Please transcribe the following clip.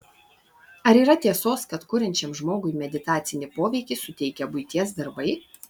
ar yra tiesos kad kuriančiam žmogui meditacinį poveikį suteikia buities darbai